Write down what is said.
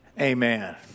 Amen